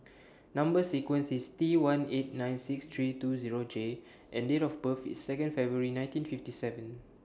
Number sequence IS T one eight nine six three two Zero J and Date of birth IS Second February nineteen fifty seven